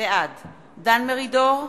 בעד דן מרידור,